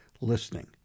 listening